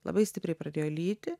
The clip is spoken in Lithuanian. labai stipriai pradėjo lyti